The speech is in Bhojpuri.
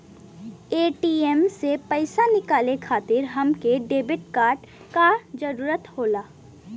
ए.टी.एम से पइसा निकाले खातिर हमके डेबिट कार्ड क जरूरत होला